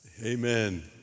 Amen